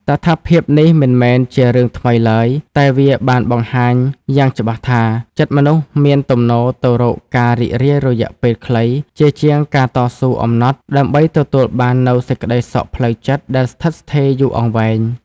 តថភាពនេះមិនមែនជារឿងថ្មីឡើយ តែវាបានបង្ហាញយ៉ាងច្បាស់ថា ចិត្តមនុស្សមានទំនោរទៅរកការរីករាយរយៈពេលខ្លី ជាជាងការតស៊ូអំណត់ ដើម្បីទទួលបាននូវសេចក្តីសុខផ្លូវចិត្តដែលស្ថិតស្ថេរយូរអង្វែង។